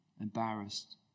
Embarrassed